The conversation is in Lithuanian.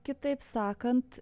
kitaip sakant